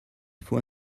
faut